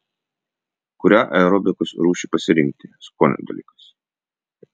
kurią aerobikos rūšį pasirinkti skonio dalykas